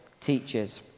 teachers